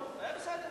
לא,